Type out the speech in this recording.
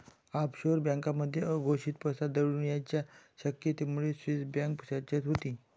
offshore बँकांमध्ये अघोषित पैसा दडवण्याच्या शक्यतेमुळे स्विस बँक चर्चेत होती